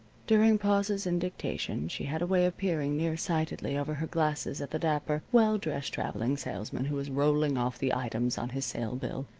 during pauses in dictation she had a way of peering near-sightedly, over her glasses at the dapper, well-dressed traveling salesman who was rolling off the items on his sale bill.